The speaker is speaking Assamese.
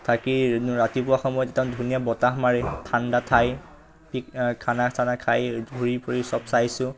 থাকি ৰাতিপুৱা সময়ত তাত ধুনীয়া বতাহ মাৰে ঠাণ্ডা ঠাই খানা চানা খাই ঘূৰি ফুৰি চব চাইছোঁ